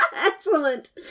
Excellent